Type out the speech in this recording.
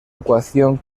ecuación